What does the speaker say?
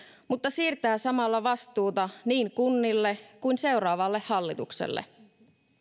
mutta siirtää samalla vastuuta niin kunnille kuin seuraavalle hallitukselle